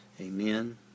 Amen